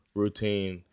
routine